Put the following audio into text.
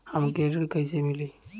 हमके ऋण कईसे मिली?